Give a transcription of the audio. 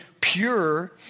pure